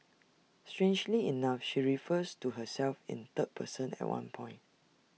strangely enough she refers to herself in third person at one point